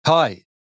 Hi